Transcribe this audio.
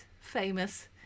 famous